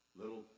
little